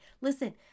Listen